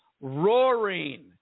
roaring